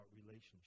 relationship